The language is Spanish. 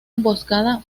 emboscada